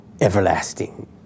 everlasting